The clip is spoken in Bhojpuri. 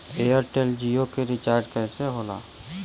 एयरटेल जीओ के रिचार्ज कैसे होला?